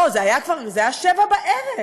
לא, זה היה 19:00, 19:00 בערב,